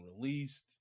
released